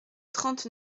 trente